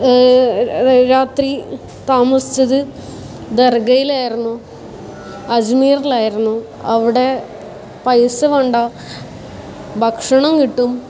രാത്രി താമസിച്ചത് ദർഗയിലായിരുന്നു അജ്മീറിലായിരുന്നു അവിടെ പൈസ വേണ്ട ഭക്ഷണം കിട്ടും